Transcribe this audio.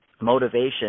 motivation